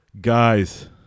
guys